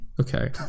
okay